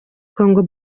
congo